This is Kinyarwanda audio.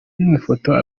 mafoto